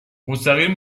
مستقیم